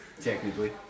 Technically